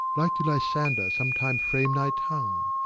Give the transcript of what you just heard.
like to lysander sometime frame thy tongue,